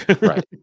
Right